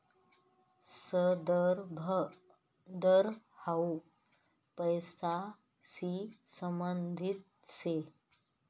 संदर्भ दर हाउ पैसांशी संबंधित शे